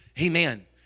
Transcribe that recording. Amen